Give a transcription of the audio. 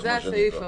זה הסעיף הבא.